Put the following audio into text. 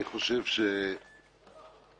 אני רוצה לראות זמן קבוע ואחריות פלילית.